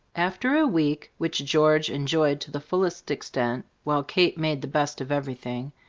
after a week, which george enjoyed to the fullest extent, while kate made the best of everything,